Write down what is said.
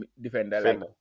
defender